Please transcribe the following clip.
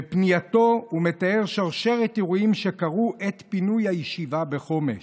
בפנייתו הוא מתאר שרשרת אירועים שקרו עת פינוי הישיבה בחומש,